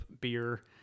beer